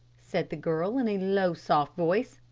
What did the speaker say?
said the girl, in a low, soft voice.